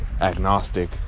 agnostic